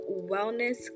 wellness